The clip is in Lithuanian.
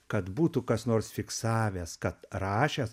kad būtų kas nors fiksavęs kad rašęs